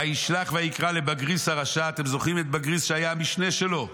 וישלח ויקרא לבגריס הרשע" אתם זוכרים את בגריס שהיה המשנה שלו?